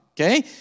okay